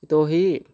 यतो हि